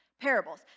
parables